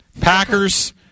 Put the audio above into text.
Packers